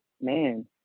man